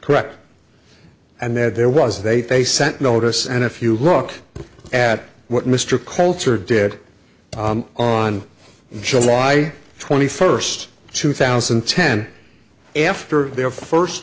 correct and then there was they they sent notice and if you look at what mr culture did on july twenty first two thousand and ten after their first